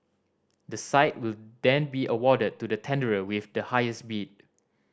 the site will then be awarded to the tenderer with the highest bid